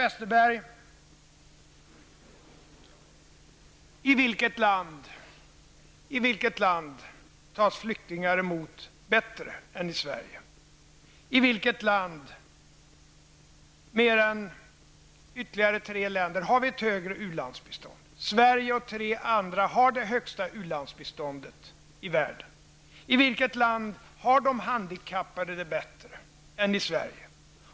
Sedan till Bengt Westerberg: I vilket land tas flyktingar emot bättre än i Sverige? Vilket land -- bortsett från ytterligare tre länder -- har ett högre ulandsbistånd? Sverige och tre andra länder har det högsta u-landsbiståndet i världen. I vilket land har de handikappade det bättre än i Sverige?